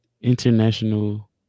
international